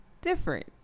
different